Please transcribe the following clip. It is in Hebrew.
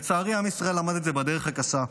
לצערי, עם ישראל למד את זה בדרך הקשה.